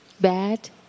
bad